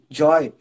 joy